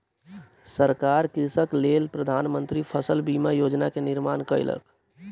सरकार कृषकक लेल प्रधान मंत्री फसल बीमा योजना के निर्माण कयलक